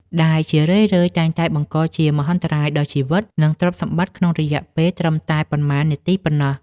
ដែលជារឿយៗតែងតែបង្កជាមហន្តរាយដល់ជីវិត និងទ្រព្យសម្បត្តិក្នុងរយៈពេលត្រឹមតែប៉ុន្មាននាទីប៉ុណ្ណោះ។